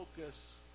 focus